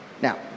now